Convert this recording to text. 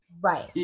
Right